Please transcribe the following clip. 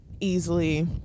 easily